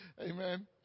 amen